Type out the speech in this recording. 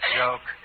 joke